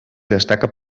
destaca